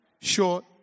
short